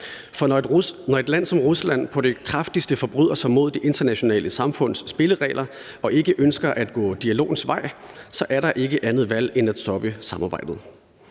For når et land som Rusland på det kraftigste forbryder sig mod det internationale samfunds spilleregler og ikke ønsker at gå dialogens vej, er der ikke andet valg end at stoppe samarbejdet,